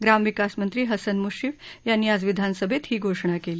ग्रामविकास मंत्री हसन मुश्रीफ यांनी आज विधानसभेत ही घोषणा केली